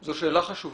אחדים,